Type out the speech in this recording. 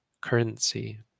currency